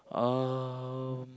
um